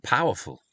Powerful